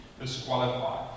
disqualified